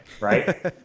right